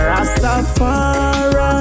Rastafari